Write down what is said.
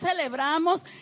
celebramos